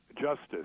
justice